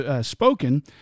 spoken